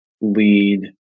lead